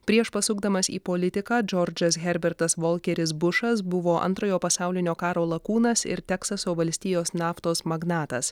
prieš pasukdamas į politiką džordžas herbertas volkeris bušas buvo antrojo pasaulinio karo lakūnas ir teksaso valstijos naftos magnatas